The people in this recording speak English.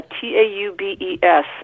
T-A-U-B-E-S